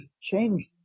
changed